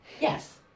Yes